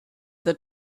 the